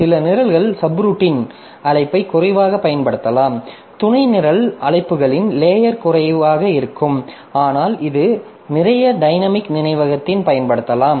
சில நிரல்கள் சப்ரூட்டீன் அழைப்பை குறைவாகப் பயன்படுத்தலாம் துணை நிரல் அழைப்புகளின் லேயர் குறைவாக இருக்கும் ஆனால் இது நிறைய டைனமிக் நினைவகத்தைப் பயன்படுத்தலாம்